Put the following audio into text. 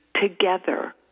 together